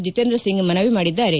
ಜಿತೇಂದ್ರ ಸಿಂಗ್ ಮನವಿ ಮಾಡಿದ್ದಾರೆ